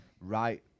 right